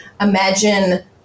Imagine